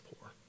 poor